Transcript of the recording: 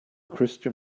christian